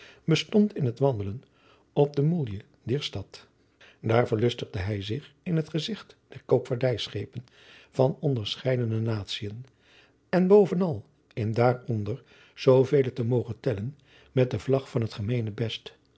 bestond in het wandelen op de moelje dier stad daar verlustigde bij zich in het gezigt der koopvaardijschepen van onderscheidene natien en bovenal in daaronder zoo vele te mogen tellen met de vlag van het gemeenebest